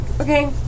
Okay